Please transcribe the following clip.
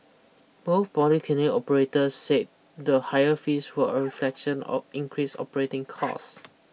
both polyclinic operators said the higher fees were a reflection of increased operating costs